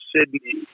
Sydney